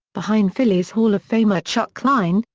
behind phillies hall of famer chuck klein,